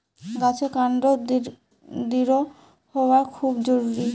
গাছের কান্ড দৃঢ় হওয়া খুব জরুরি